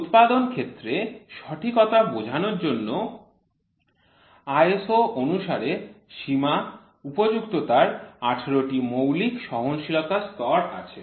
উৎপাদন ক্ষেত্রে সঠিকতা বোঝানোর জন্য ISO অনুসারে সীমা উপযুক্ততার ১৮ টি মৌলিক সহনশীলতার স্তর আছে